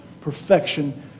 perfection